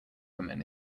woman